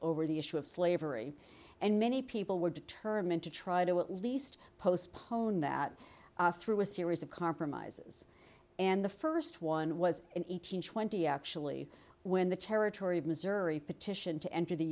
over the issue of slavery and many people were determined to try to at least postpone that through a series of compromises and the first one was in eighteen twenty actually when the territory of missouri petition to enter the